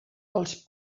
els